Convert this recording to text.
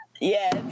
Yes